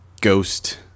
ghost